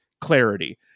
clarity